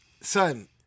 son